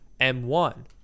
M1